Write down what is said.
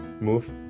Move